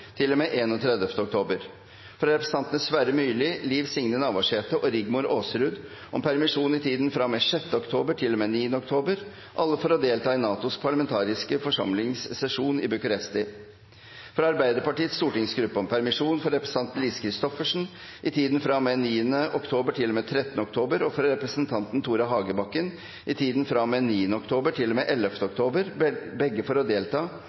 oktober fra representantene Sverre Myrli , Liv Signe Navarsete og Rigmor Aasrud om permisjon i tiden fra og med 6. oktober til og med 9. oktober, alle for å delta i NATOs parlamentariske forsamlings sesjon i Bucuresti fra Arbeiderpartiets stortingsgruppe om permisjon for representanten Lise C hristoffersen i tiden fra og med 9. oktober til og med 13. oktober og for representanten Tore Hagebakken i tiden